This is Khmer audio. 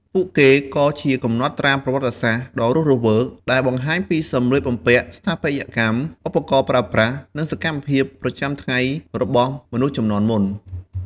ពួកគេក៏ជាកំណត់ត្រាប្រវត្តិសាស្ត្រដ៏រស់រវើក ដែលបង្ហាញពីសម្លៀកបំពាក់ ស្ថាបត្យកម្ម ឧបករណ៍ប្រើប្រាស់ និងសកម្មភាពប្រចាំថ្ងៃរបស់មនុស្សជំនាន់មុន។